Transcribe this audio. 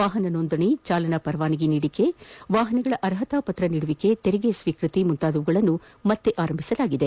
ವಾಪನ ನೋಂದಣಿ ಜಾಲನಾ ಪರವಾನಗಿ ನೀಡುವಿಕೆ ವಾಹನಗಳ ಅರ್ಹತಾ ಪಕ್ರ ನೀಡುವಿಕೆ ತೆರಿಗೆ ಸ್ವೀಕೃತಿ ಮುಂತಾದವುಗಳನ್ನು ಮನರಾಂಭಿಸಲಾಗಿದೆ